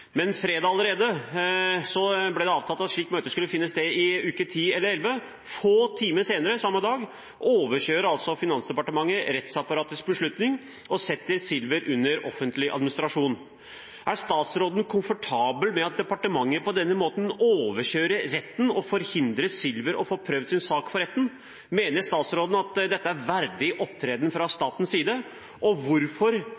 Allerede fredag ble det avtalt at et slikt møte skulle finne sted i uke 10 eller 11. Få timer senere samme dag overkjører altså Finansdepartementet rettsapparatets beslutning og setter Silver under offentlig administrasjon. Er statsråden komfortabel med at departementet på denne måten overkjører retten og forhindrer Silver i å få prøvd sin sak for retten? Mener statsråden at dette er verdig opptreden fra